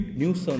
news